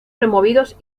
removidos